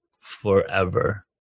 forever